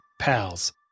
pals